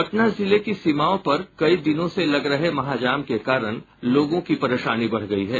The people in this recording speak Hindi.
पटना जिले की सीमाओं पर कई दिनों से लग रहे महाजाम के कारण लोगों की परेशानी बढ़ गयी है